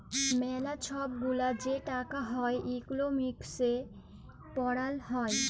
ম্যালা ছব গুলা যে টাকা হ্যয় ইকলমিক্সে পড়াল হ্যয়